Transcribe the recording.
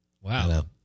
Wow